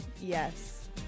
yes